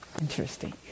interesting